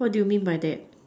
what do you mean by that